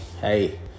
hey